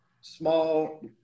small